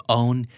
own